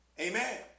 Amen